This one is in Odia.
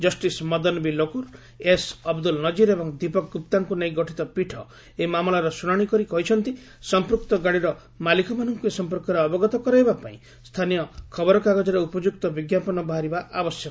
justice Madan B Lokur S Abdul Nazeer ଏବଂ ଦୀପକ୍ ଗୁପ୍ତାଙ୍କୁ ନେଇ ଗଠିତ ପୀଠ ଏହି ମାମଲାର ଶୁଣାଣି କରି କହିଛନ୍ତି ସମ୍ପୃକ୍ତ ଗାଡ଼ିର ମାଲିକମାନଙ୍କୁ ଏ ସମ୍ପର୍କରେ ଅବଗତ କରାଇବାପାଇଁ ସ୍ଥାନୀୟ ଖବର କାଗଜରେ ଉପଯୁକ୍ତ ବିଜ୍ଞାପନ ବାହାରିବା ଆବଶ୍ୟକ